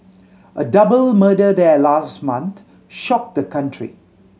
a double murder there last month shocked the country